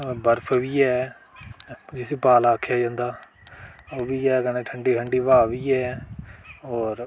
बर्फ बी ऐ जिसी पाला आखेआ जंदा ओह्बी ऐ कन्नै ठंडी ठंडी ब्हाऽ बी ऐ होर